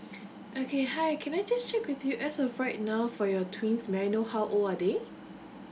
okay hi can I just check with you as of right now for your twins may I know how old are they